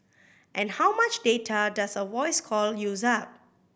and how much data does a voice call use up